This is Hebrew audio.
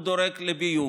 הוא דואג לביוב,